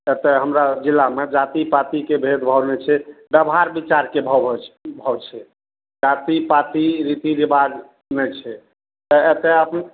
एतए हमरा जिलामे जाति पातिके भेदभाव नहि छै बेवहार विचारके भाव भाव छै जाति पाति रीति रिवाज नहि छै तऽ एतए अप